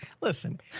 Listen